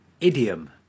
idiom